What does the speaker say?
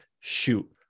shoot